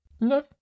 No